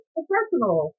Professional